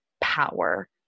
power